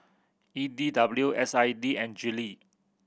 E D W S I D and Gillie